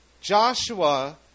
Joshua